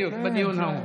כן, בדיוק, בדיון ההוא.